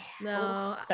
no